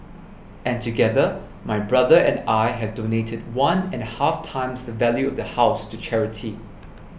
and together my brother and I have donated one and a half times the value of the house to charity